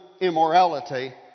immorality